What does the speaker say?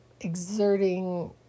exerting